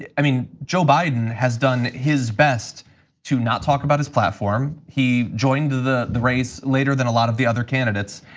yeah i mean, joe biden has done his best to not talk about his platform. he joined the the race later than a lot of the other candidates.